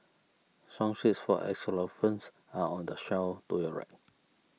song sheets for xylophones are on the shelf to your right